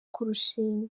kurushinga